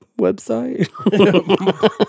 website